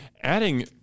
adding